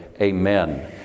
amen